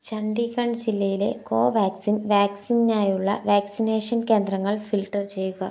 ചണ്ഡീഗഢ് ജില്ലയിലെ കോവാക്സിൻ വാക്സിനിനായുള്ള വാക്സിനേഷൻ കേന്ദ്രങ്ങൾ ഫിൽട്ടർ ചെയ്യുക